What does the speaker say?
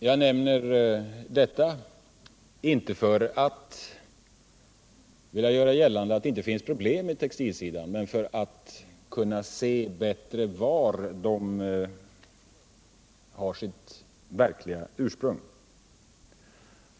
Jag nämner detta inte för att vilja göra gällande att det inte finns problem på textilsidan, men för att kunna se bättre var dessa problem har sitt verkliga ursprung.